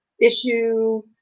issue